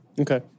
okay